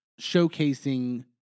showcasing